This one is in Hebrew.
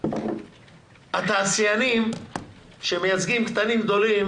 התעשיינים שמייצגים קטנים/גדולים